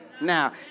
now